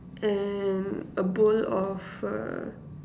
and a bowl of err